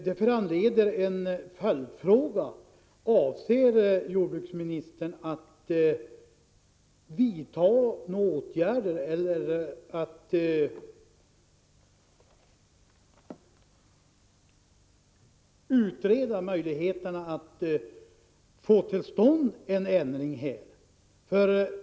Det föranleder en följdfråga: Avser jordbruksministern att vidta åtgärder eller låta utreda möjligheterna till en ändring härvidlag?